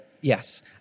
yes